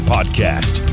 Podcast